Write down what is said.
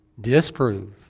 disprove